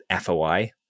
FOI